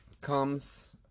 comes